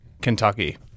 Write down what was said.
Kentucky